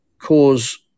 cause